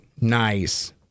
Nice